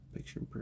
Picture